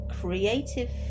creative